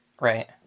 Right